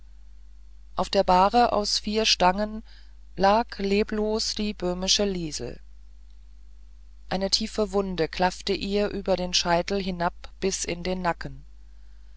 auf der bahre aus vier stangen lag leblos die böhmische liesel eine tiefe wunde klaffte ihr über den scheitel bis hinab in den nacken